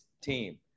team